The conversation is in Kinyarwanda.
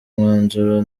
umwanzuro